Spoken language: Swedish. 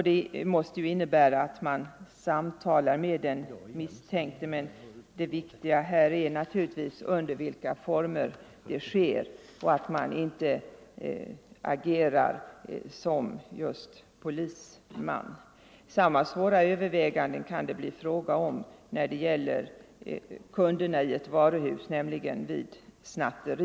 Det måste innebära att man samtalar med den misstänkte, men det viktiga här är under vilka former det sker och att man inte agerar polis, men den enskilda människans rättstrygghet måste garanteras i varje fall. Samma svåra överväganden kan det bli fråga om när det gäller kunderna i ett varuhus vid snatteri.